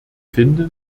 finde